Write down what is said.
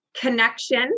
connection